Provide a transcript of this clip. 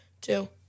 two